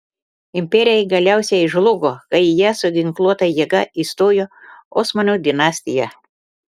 imperija galiausiai žlugo kai į ją su ginkluota jėga įstojo osmanų dinastija